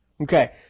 Okay